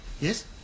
Yes